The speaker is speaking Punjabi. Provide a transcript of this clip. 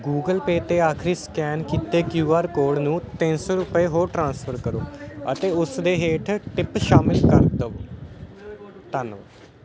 ਗੁਗਲ ਪੇ 'ਤੇ ਆਖਰੀ ਸਕੈਨ ਕੀਤੇ ਕਿਊ ਆਰ ਕੋਡ ਨੂੰ ਤਿੰਨ ਸੌ ਰੁਪਏ ਹੋਰ ਟ੍ਰਾਂਸਫਰ ਕਰੋ ਅਤੇ ਉਸ ਦੇ ਹੇਠ ਟਿਪ ਸ਼ਾਮਿਲ ਕਰ ਦੇਵੋ ਧੰਨਵਾਦ